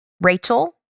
Rachel